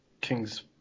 king's